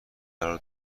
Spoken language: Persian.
قرار